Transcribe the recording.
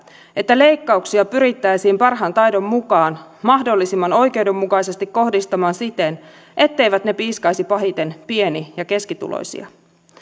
että leikkauksia pyrittäisiin parhaan taidon mukaan mahdollisimman oikeudenmukaisesti kohdistamaan siten etteivät ne piiskaisi pahiten pieni ja keskituloisia